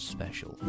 Special